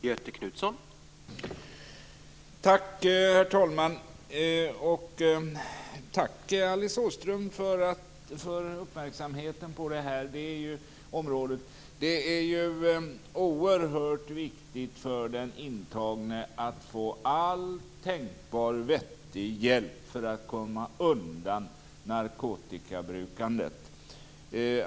Herr talman! Tack för uppmärksamheten på det här området, Alice Åström! Det är oerhört viktigt för den intagne att få all tänkbar vettig hjälp för att komma undan narkotikabruket.